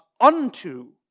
Unto